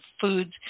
foods